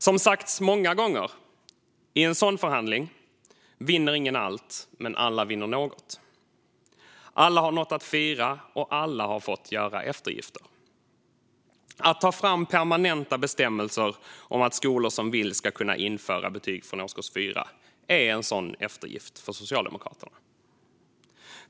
Som sagts många gånger: I en sådan förhandling vinner ingen allt, men alla vinner något. Alla har något att fira, och alla har fått göra eftergifter. Att ta fram permanenta bestämmelser om att skolor som vill ska kunna införa betyg från årskurs 4 är en sådan eftergift från Socialdemokraterna.